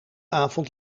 avond